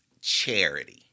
charity